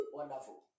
Wonderful